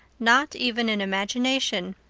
not even in imagination.